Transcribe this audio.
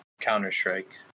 counter-strike